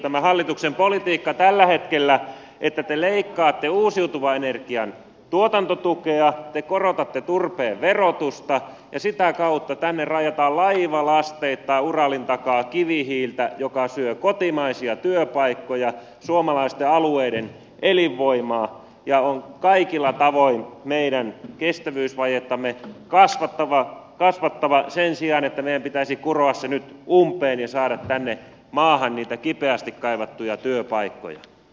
tämä hallituksen politiikka on käsittämätöntä tällä hetkellä että te leikkaatte uusiutuvan energian tuotantotukea te korotatte turpeen verotusta ja sitä kautta tänne raijataan laivalasteittain uralin takaa kivihiiltä joka syö kotimaisia työpaikkoja suomalaisten alueiden elinvoimaa ja on kaikilla tavoin meidän kestävyysvajettamme kasvattava sen sijaan että meidän pitäisi kuroa se nyt umpeen ja saada tänne maahan niitä kipeästi kaivattuja työpaikkoja